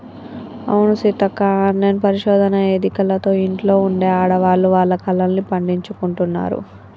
అవును సీతక్క ఆన్లైన్ పరిశోధన ఎదికలతో ఇంట్లో ఉండే ఆడవాళ్లు వాళ్ల కలల్ని పండించుకుంటున్నారు